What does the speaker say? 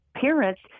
Parents